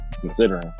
considering